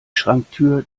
schranktür